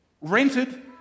rented